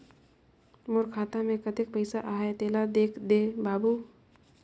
मोर खाता मे कतेक पइसा आहाय तेला देख दे बाबु?